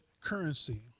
currency